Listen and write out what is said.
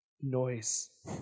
noise